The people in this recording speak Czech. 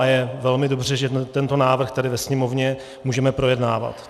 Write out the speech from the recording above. Je velmi dobře, že tento návrh tady ve Sněmovně můžeme projednávat.